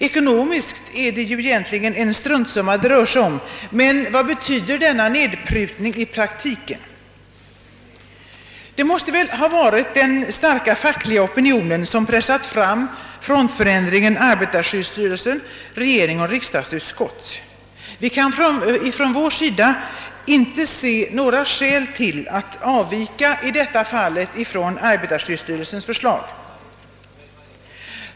Ekonomiskt sett rör det sig egentligen om en struntsumma, men vad betyder denna nedprutning i praktiken? Det måste väl ha varit den starka fackliga opinionen som pressat fram frontförändringen = arbetarskyddsstyrelse—regering och riksdagsutskott. Vi kan inte se några skäl till att i detta fall avvika från arbetarskyddsstyrelsens förslag.